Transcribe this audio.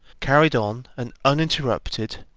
carried on an uninterrupted,